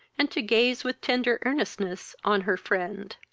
and to gaze with tender earnestness on her friend.